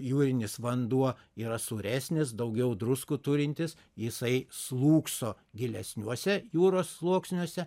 jūrinis vanduo yra sūresnis daugiau druskų turintis jisai slūgso gilesniuose jūros sluoksniuose